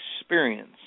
experience